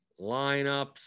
Lineups